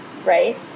right